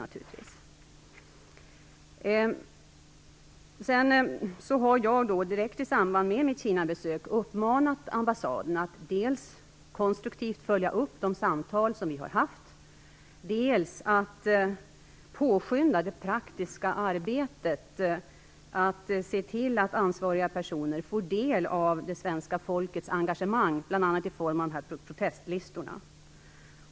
Jag har dessutom direkt i samband med mitt Kinabesök uppmanat ambassaden att dels konstruktivt följa upp de samtal som vi har haft, dels påskynda det praktiska arbetet att se till att ansvariga personer får del av det svenska folkets engagemang, bl.a. i form av de aktuella protestlistorna.